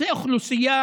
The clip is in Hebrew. זו אוכלוסייה